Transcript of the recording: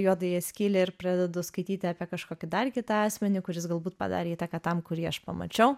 juodąją skylę ir pradedu skaityti apie kažkokį dar kitą asmenį kuris galbūt padarė įtaką tam kurį aš pamačiau